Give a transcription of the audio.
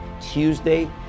Tuesday